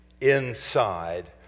inside